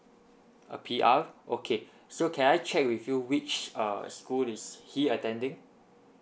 a P_R okay so can I check with you which err school is he attending